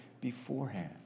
beforehand